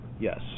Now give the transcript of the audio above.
Yes